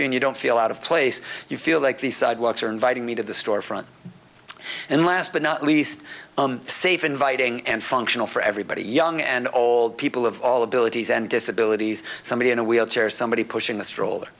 trian you don't feel out of place you feel like these sidewalks are inviting me to the store front and last but not least safe inviting and functional for everybody young and old people of all abilities and disabilities somebody in a wheelchair or somebody pushing the stroller